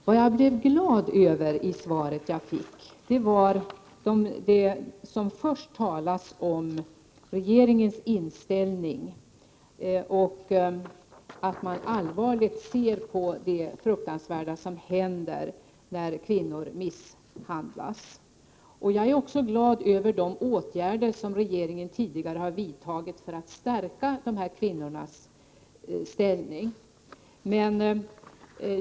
Det jag blev glad över i svaret jag fick var det första som sägs om regeringens inställning och att man ser allvarligt på det fruktansvärda som händer då kvinnor misshandlas. Jag är också glad över de åtgärder som regeringen tidigare har vidtagit för att stärka dessa kvinnors ställning.